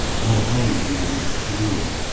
an old colleague of mine, richard campbell,